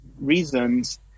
reasons